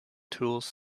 tools